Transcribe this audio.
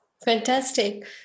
Fantastic